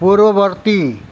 পূৰ্ৱবৰ্তী